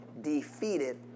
defeated